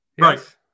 Right